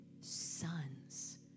sons